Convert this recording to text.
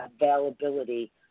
availability